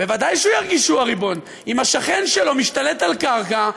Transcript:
בוודאי שהוא ירגיש שהוא הריבון אם השכן שלו משתלט על קרקע,